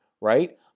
right